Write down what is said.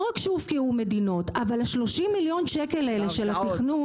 לא רק שהופקעו קרקעות אבל 30 מיליון שקל של התכנון